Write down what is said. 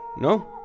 No